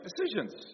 decisions